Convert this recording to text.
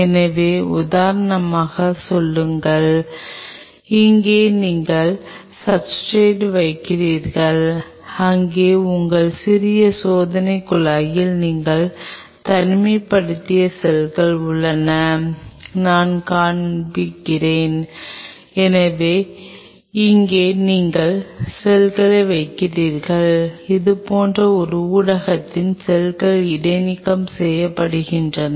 எனவே உதாரணமாக சொல்லுங்கள் இங்கே நீங்கள் சப்ஸ்ர்டேட் வைத்திருக்கிறீர்கள் இங்கே உங்கள் சிறிய சோதனைக் குழாயில் நீங்கள் தனிமைப்படுத்திய செல்கள் உள்ளன நான் காண்பிக்கிறேன் எனவே இங்கே நீங்கள் செல்கள் வைத்திருக்கிறீர்கள் இது போன்ற ஒரு ஊடகத்தில் செல்கள் இடைநீக்கம் செய்யப்படுகின்றன